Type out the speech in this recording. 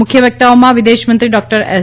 મુખ્ય વક્તાઓમાં વિદેશમંત્રી ડોક્ટર એસ